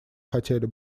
хотели